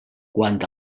quant